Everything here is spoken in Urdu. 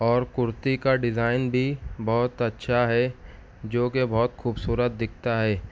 اور کُرتی کا ڈزائن بھی بہت اچھا ہے جوکہ بہت خوبصورت دکھتا ہے